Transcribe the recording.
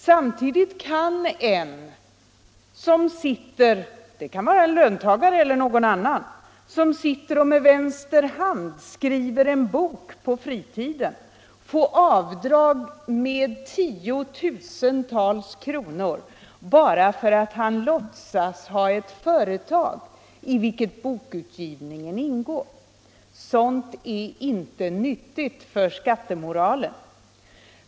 Samtidigt kan en person — det kan vara en löntagare eller någon annan — som på sin fritid sitter och skriver en bok ”med vänster hand”, få avdrag med tiotusentals kronor bara för att han låtsas ha ett företag, i vilket bokutgivningen ingår. Sådant är inte nyttigt för skattemoralen.